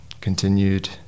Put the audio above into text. continued